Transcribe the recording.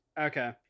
okay